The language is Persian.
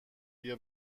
بیا